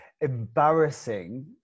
embarrassing